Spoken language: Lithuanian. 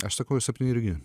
aš sakau septyni irgi